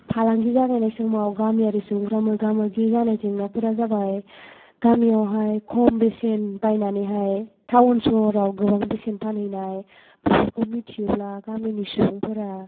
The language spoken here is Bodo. फालांगि जागायनाय समाव गामियारि सुबुंफोरा मोगा मोगि जानाय जेंनाफोरा जाबाय गामियावहाय खम बेसेन बायनानैहाय थावन सहराव गोबां बेसेनाव फानहैनाय बेफोरखौ मिथियोब्ला गामिनि सुबुंफोरा